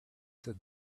said